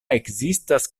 ekzistas